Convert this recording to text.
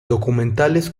documentales